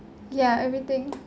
ya everything